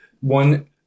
One